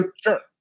Sure